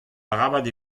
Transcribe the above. arabat